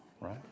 right